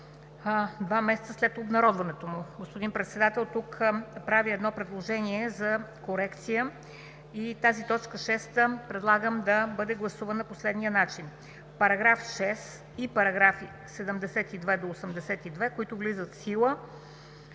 два месеца след обнародването му.“ Господин Председател, тук правя едно предложение за корекция и тази т. 6 предлагам да бъде гласувана по следния начин: „6. параграфи 72 до 82, които влизат в сила